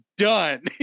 done